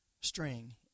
string